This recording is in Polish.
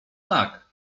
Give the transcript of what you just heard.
tak